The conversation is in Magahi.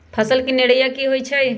फसल के निराया की होइ छई?